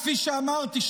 כפי שאמרתי,